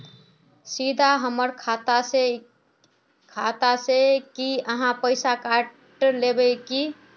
सीधा हमर खाता से ही आहाँ पैसा काट लेबे की?